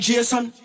Jason